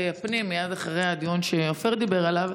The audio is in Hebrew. הפנים מייד אחרי הדיון שאופיר דיבר עליו.